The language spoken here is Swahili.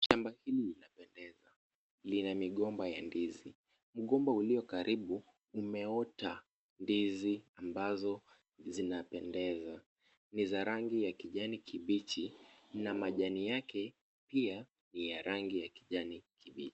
Shamba hili linapendeza, lina migomba ya ndizi. Mgomba ulio karibu umeota ndizi ambazo zinapendeza, ni za rangi ya kijani kibichi na majani yake pia ni ya kijani kibichi.